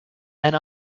and